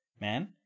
man